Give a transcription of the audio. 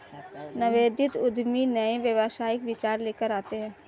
नवोदित उद्यमी नए व्यावसायिक विचार लेकर आते हैं